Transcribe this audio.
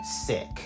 sick